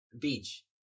beach